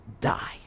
die